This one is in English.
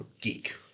geek